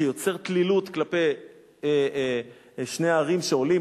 שיוצר תלילות כלפי שני ההרים שעולים,